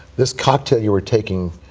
this cocktail you were taking,